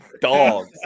dogs